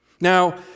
Now